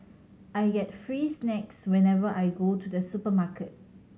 I get free snacks whenever I go to the supermarket